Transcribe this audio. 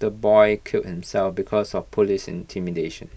the boy killed himself because of Police intimidation